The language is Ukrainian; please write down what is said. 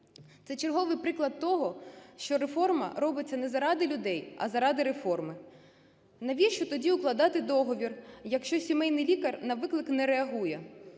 Це черговий приклад того, що реформа робиться не заради людей, а заради реформи. Навіщо тоді укладати договір, якщо сімейний лікар на виклики на реагує?